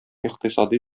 икътисади